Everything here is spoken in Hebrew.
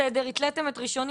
בסדר התליתם את רישיוני,